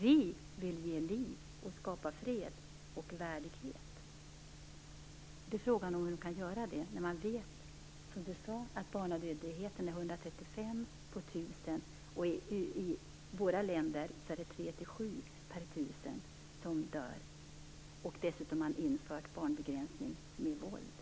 Vi vill ge liv och skapa fred och värdighet. Frågan är om de kan göra det när man vet, som Ingbritt Irhammar sade, att barnadödligheten är 135 på 1 000. I våra länder är det 3-7 per 1 000 barn som dör. Dessutom har man infört barnbegränsning med våld.